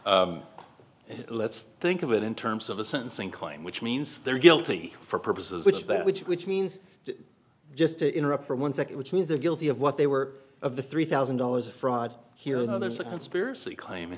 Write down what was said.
about let's think of it in terms of a sentencing claim which means they're guilty for purposes which is that which which means just to interrupt for one second which means they're guilty of what they were of the three thousand dollars a fraud here there's a conspiracy claim